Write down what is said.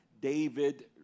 David